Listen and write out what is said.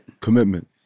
Commitment